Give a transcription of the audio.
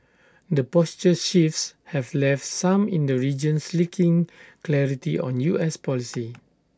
the posture shifts have left some in the region clarity on U S policy